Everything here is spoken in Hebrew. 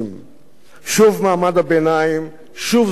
שוב מעמד הביניים, שוב זוגות צעירים.